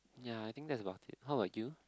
ya I think that's about it how about you